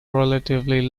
relatively